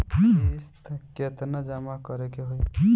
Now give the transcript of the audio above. किस्त केतना जमा करे के होई?